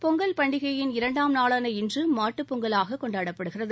பொங்கல் பண்டிகையின் இரண்டாம் நாளான இன்று மாட்டுப் பொங்கலாக கொண்டாடப்படுகிறது